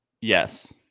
yes